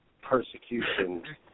persecution